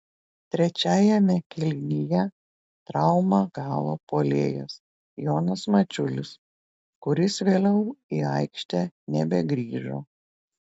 trečiajame kėlinyje traumą gavo puolėjas jonas mačiulis kuris vėliau į aikštę nebegrįžo